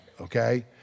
okay